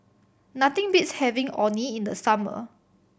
nothing beats having Orh Nee in the summer